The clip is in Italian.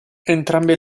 entrambe